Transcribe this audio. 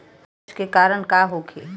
अपच के कारण का होखे?